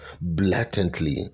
blatantly